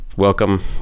Welcome